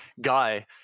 guy